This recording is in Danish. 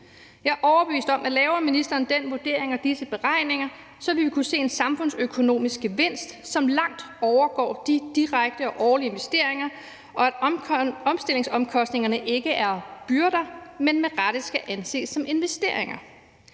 Jeg er overbevist om, at laver ministeren den vurdering og disse beregninger, vil vi kunne se en samfundsøkonomisk gevinst, som langt overgår de direkte og årlige investeringer, og at omstillingsomkostningerne ikke er byrder, men at de med rette skal anses som investeringer.